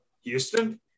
Houston